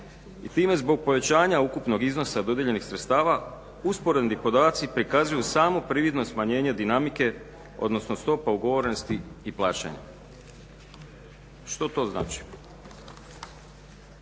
i time zbog povećanja ukupnog iznosa dodijeljenih sredstava usporedni podaci prikazuju samo prividno smanjenje dinamike, odnosno stopa ugovorenosti i plaćanja. Što to znači?